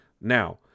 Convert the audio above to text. Now